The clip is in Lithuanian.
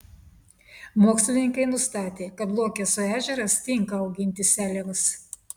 mokslininkai nustatė kad luokesų ežeras tinka auginti seliavas